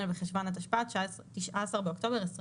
בחשוון התשפ"ב (19 באוקטובר 2021)."